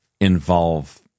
involve